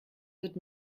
wird